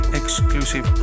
exclusive